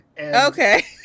Okay